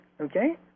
okay